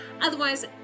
otherwise